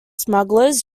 smugglers